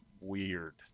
weird